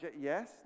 yes